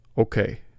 Okay